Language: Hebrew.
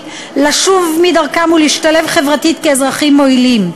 לשוב מדרכם ולהשתלב חברתית כאזרחים מועילים.